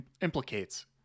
implicates